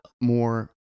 more